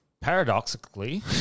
Paradoxically